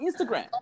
Instagram